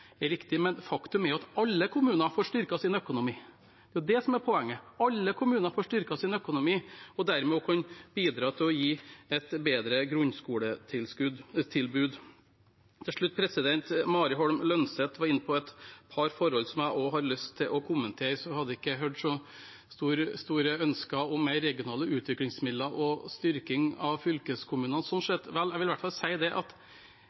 er det som er poenget. Alle kommuner får styrket sin økonomi og kan dermed også bidra til å gi et bedre grunnskoletilbud. Til slutt: Mari Holm Lønseth var inne på et par forhold som jeg også har lyst til å kommentere. Hun hadde ikke hørt så store ønsker om mer regionale utviklingsmidler og styrking av fylkeskommunene sånn sett. Vel – jeg vil i hvert fall si at